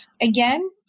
Again